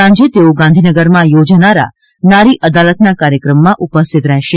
સાંજે તેઓ ગાંધીનગરમાં યોજાનારા નારી અદાલતના કાર્યક્રમમાં ઉપસ્થિત રહેશે